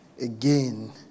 again